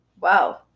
Wow